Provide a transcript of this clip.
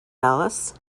alice